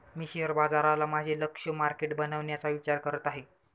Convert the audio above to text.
मी share बाजाराला माझे लक्ष्य मार्केट बनवण्याचा विचार करत आहे